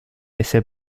essere